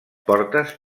portes